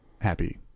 happy